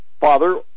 father